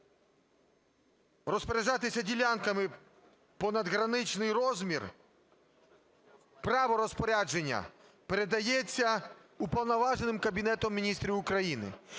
розпоряджатися ділянками понад граничний розмір, право розпорядження передається уповноваженим Кабінетом Міністрів України".